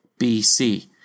BC